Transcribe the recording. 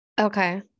okay